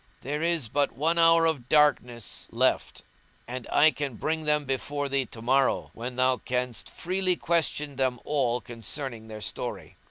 there is but one hour of darkness left and i can bring them before thee to morrow, when thou canst freely question them all concerning their story.